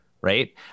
right